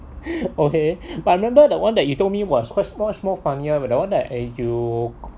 okay but I remember the one that you told me was quite much more funnier with the one that uh you